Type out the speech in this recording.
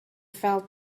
felt